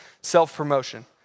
self-promotion